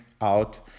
out